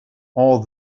all